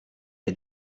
est